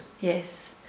Yes